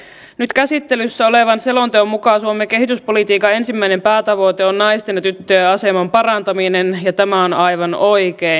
nyt käsittelyssä olevan selonteon mukaan suomen kehityspolitiikan ensimmäinen päätavoite on naisten ja tyttöjen aseman parantaminen ja tämä on aivan oikein